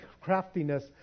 craftiness